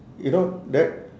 you know that